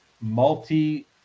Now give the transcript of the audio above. multi